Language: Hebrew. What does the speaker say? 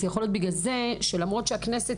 יכול להיות שבגלל זה למרות שהכנסת